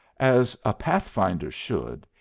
as a pathfinder should,